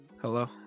Hello